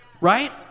right